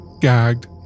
gagged